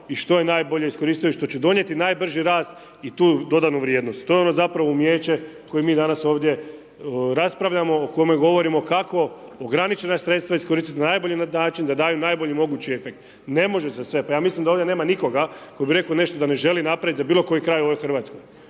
i što je najbolje iskoristivo i što će donijeti najbrži rast i tu dodanu vrijednost, to je zapravo ono umijeće koje mi danas ovdje raspravljamo o kome govorimo kako ograničena sredstva iskoristit na najbolji način da daju najbolji mogući efekt, ne može se sve, pa ja mislim da ovdje nema nikoga ko bi reko nešto da ne želi napravit za bilo koji kraj ove Hrvatske.